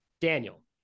Daniel